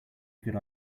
good